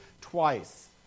twice